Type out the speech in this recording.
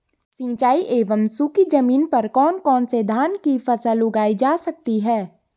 सिंचाई एवं सूखी जमीन पर कौन कौन से धान की फसल उगाई जा सकती है?